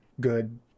good